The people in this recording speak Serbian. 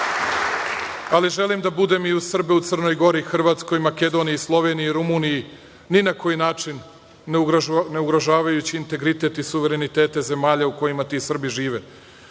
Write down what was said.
Ali želim da budem i uz Srbe u Crnoj Gori, Hrvatskoj, Makedoniji, Sloveniji, Rumuniji, ni na koji način ne ugrožavajući integritet i suverenitete zemalja u kojima ti Srbi žive.